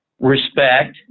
respect